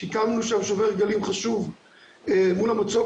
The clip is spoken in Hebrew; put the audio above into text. שיקמנו שם שובר גלים חשוב מול המצוק,